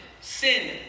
Sin